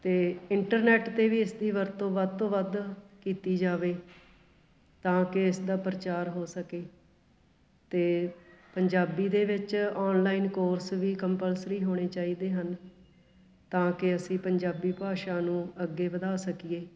ਅਤੇ ਇੰਟਰਨੈਟ 'ਤੇ ਵੀ ਇਸ ਦੀ ਵਰਤੋਂ ਵੱਧ ਤੋਂ ਵੱਧ ਕੀਤੀ ਜਾਵੇ ਤਾਂ ਕਿ ਇਸ ਦਾ ਪ੍ਰਚਾਰ ਹੋ ਸਕੇ ਅਤੇ ਪੰਜਾਬੀ ਦੇ ਵਿੱਚ ਔਨਲਾਈਨ ਕੋਰਸ ਵੀ ਕੰਪਲਸਰੀ ਹੋਣੇ ਚਾਹੀਦੇ ਹਨ ਤਾਂ ਕਿ ਅਸੀਂ ਪੰਜਾਬੀ ਭਾਸ਼ਾ ਨੂੰ ਅੱਗੇ ਵਧਾ ਸਕੀਏ